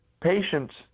patients